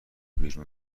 بیرون